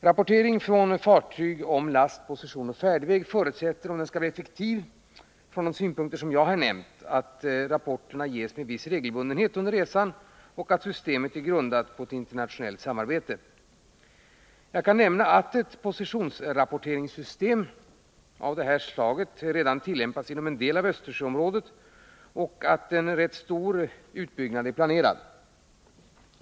Rapportering från fartyg om last, position och färdväg förutsätter, om den skall bli effektiv från de synpunkter som jag har nämnt, att rapporterna ges med viss regelbundenhet under resan och att rapporteringssystemet är grundat på internationellt samarbete. Jag kan nämna att ett positionsrapporteringssystem av detta slag redan tillämpas inom en del av Östersjöområdet och att en betydelsefull utbyggnad är planerad.